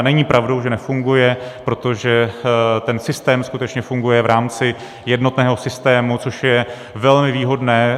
Není pravdou, že nefunguje, protože ten systém skutečně funguje v rámci jednotného systému, což je velmi výhodné.